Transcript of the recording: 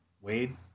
Wade